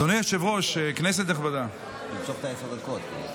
אדוני היושב-ראש, כנסת נכבדה, תמשוך את העשר דקות.